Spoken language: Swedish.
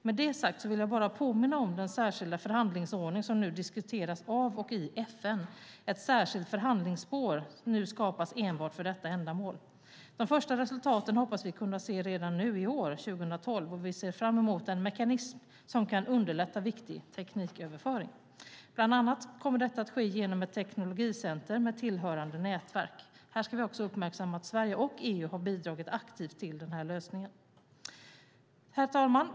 Med det sagt vill jag bara påminna om den särskilda förhandlingsordning som nu diskuteras i FN där ett särskilt förhandlingsspår nu skapas enbart för detta ändamål. Vi hoppas kunna se de första resultaten redan nu under 2012, och vi ser fram emot en mekanism som kan underlätta viktig tekniköverföring. Detta kommer bland annat att ske genom ett teknologicenter med tillhörande nätverk. Här ska vi också uppmärksamma att Sverige och EU har bidragit aktivt till den här lösningen. Herr talman!